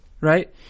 Right